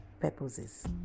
purposes